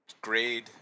grade